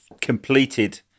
completed